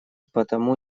потому